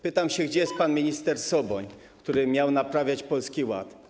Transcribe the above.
Pytam się: Gdzie jest pan minister Soboń, który miał naprawiać Polski Ład?